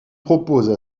propose